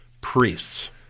priests